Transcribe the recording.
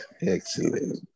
Excellent